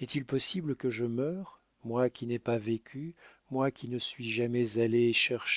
est-il possible que je meure moi qui n'ai pas vécu moi qui ne suis jamais allée chercher